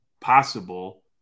possible